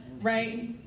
right